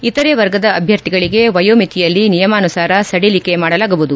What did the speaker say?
ಇತರೆ ವರ್ಗದ ಅಭ್ಯರ್ಥಿಗಳಿಗೆ ವಯೋಮಿತಿಯಲ್ಲಿ ನಿಯಮಾನುಸಾರ ಸದಿಲಿಕೆ ಮಾಡಲಾಗುವುದು